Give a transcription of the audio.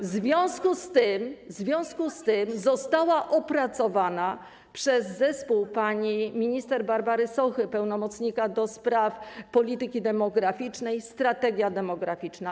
W związku z tym została opracowana przez zespół pani minister Barbary Sochy, pełnomocnika do spraw polityki demograficznej, strategia demograficzna.